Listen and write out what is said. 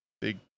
big